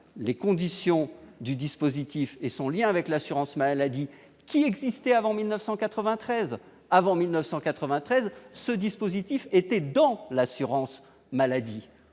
les conditions du dispositif et son lien avec l'assurance maladie qui existait avant 1993 avant 1993 ce dispositif était dans l'assurance maladie,